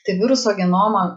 tai viruso genomą